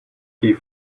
key